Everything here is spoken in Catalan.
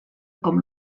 com